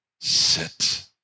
sit